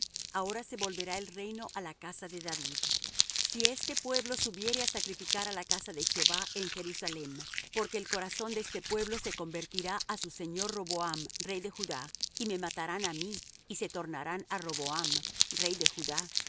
ahora se volverá el reino á la casa de david si este pueblo subiere á sacrificar á la casa de jehová en jerusalem porque el corazón de este pueblo se convertirá á su señor roboam rey de judá y me matarán á mí y se tornarán á roboam rey de judá